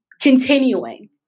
continuing